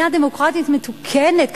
שאיפה זה יעלה על הדעת שמדינה דמוקרטית מתוקנת,